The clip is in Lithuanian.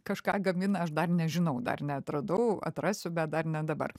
kažką gamina aš dar nežinau dar neatradau atrasiu bet dar ne dabar